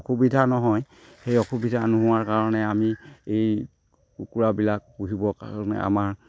অসুবিধা নহয় সেই অসুবিধা নোহোৱাৰ কাৰণে আমি এই কুকুৰাবিলাক পুহিবৰ কাৰণে আমাৰ